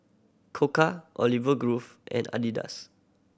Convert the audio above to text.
Koka Olive Grove and Adidas